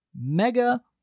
Mega